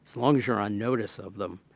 as long as you're unnoticed of them,